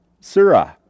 Surah